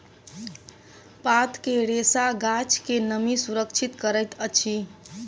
पात के रेशा गाछ के नमी सुरक्षित करैत अछि